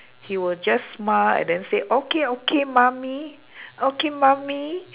he will just smile and then say okay okay mummy okay mummy